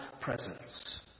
presence